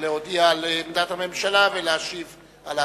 להודיע על עמדת הממשלה ולהשיב על ההצעה.